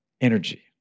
energy